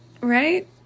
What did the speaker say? Right